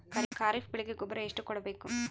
ಖರೀಪದ ಬೆಳೆಗೆ ಗೊಬ್ಬರ ಎಷ್ಟು ಕೂಡಬೇಕು?